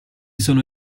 sono